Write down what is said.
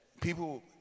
people